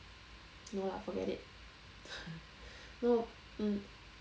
no lah forget it no mm